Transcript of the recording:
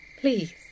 please